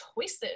choices